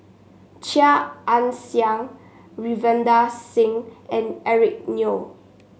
Chia Ann Siang Ravinder Singh and Eric Neo